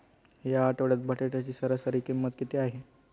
या आठवड्यात बटाट्याची सरासरी किंमत किती आहे?